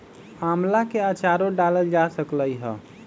आम्ला के आचारो डालल जा सकलई ह